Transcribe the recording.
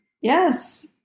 Yes